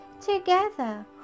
together